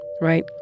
right